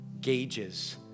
gauges